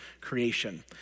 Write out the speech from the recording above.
creation